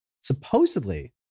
supposedly